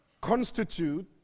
constitute